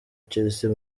chelsea